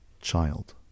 child